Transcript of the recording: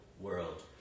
world